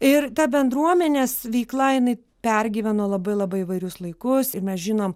ir ta bendruomenės veikla jinai pergyveno labai labai įvairius laikus ir mes žinom